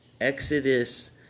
Exodus